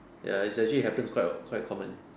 ya it's actually happen quite a quite common